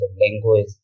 language